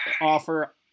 offer